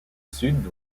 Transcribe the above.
sud